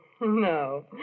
No